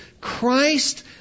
Christ